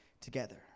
together